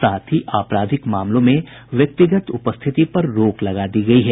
साथ ही आपराधिक मामलों में व्यक्तिगत उपस्थिति पर रोक लगा दी गयी है